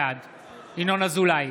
בעד ינון אזולאי,